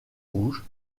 rouges